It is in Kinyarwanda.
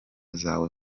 zawe